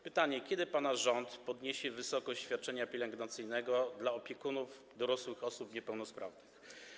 Pytanie: Kiedy pana rząd podniesie wysokość świadczenia pielęgnacyjnego dla opiekunów dorosłych osób niepełnosprawnych?